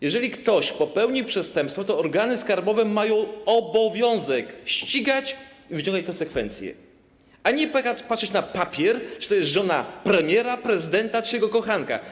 Jeśli ktoś popełni przestępstwo, to organy skarbowe mają obowiązek ścigać i wyciągnąć konsekwencje, a nie patrzeć na papier, czy to jest żona premiera, prezydenta czy jego kochanka.